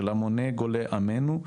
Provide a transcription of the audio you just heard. של המוני גולי עמנו,